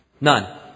None